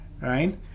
right